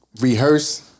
rehearse